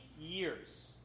years